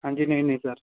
ਹਾਂਜੀ ਨਹੀਂ ਨਹੀਂ ਸਰ